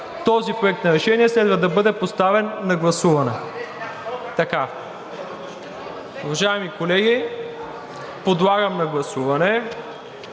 този проект на решение следва да бъде поставен на гласуване. Уважаеми колеги, подлагам на гласуване